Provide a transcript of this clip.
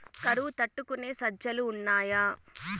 కరువు తట్టుకునే సజ్జలు ఉన్నాయా